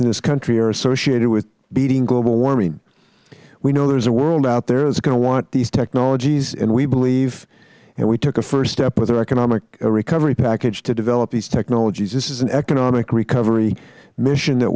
in this country are associated with beating global warming we know there is a world out there that is going to want these technologies and we believe and we took a first step with our economic recovery package to develop these technologies this is an economic recovery mission that